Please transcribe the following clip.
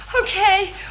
okay